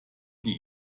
die